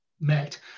met